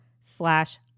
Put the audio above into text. slash